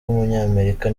w’umunyamerika